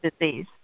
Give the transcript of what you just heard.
disease